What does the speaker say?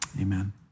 amen